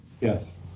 Yes